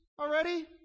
already